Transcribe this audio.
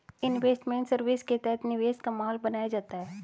investment service के तहत निवेश का माहौल बनाया जाता है